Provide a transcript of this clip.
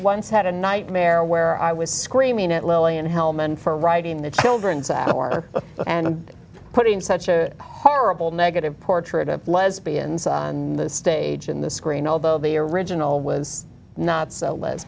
once had a nightmare where i was screaming at lillian hellman for writing the children's hour and putting such a horrible negative portrait of lesbians on the stage in the screen although the original was not so le